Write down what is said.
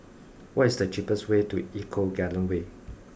what is the cheapest way to Eco Garden Way